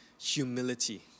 humility